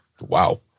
Wow